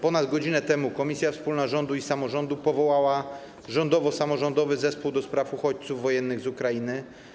Ponad godzinę temu komisja wspólna rządu i samorządu powołała rządowo-samorządowy zespół ds. uchodźców wojennych z Ukrainy.